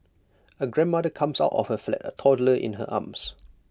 A grandmother comes out of her flat A toddler in her arms